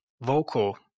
vocal